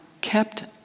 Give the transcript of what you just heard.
kept